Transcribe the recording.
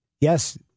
Yes